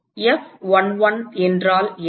F11 என்றால் என்ன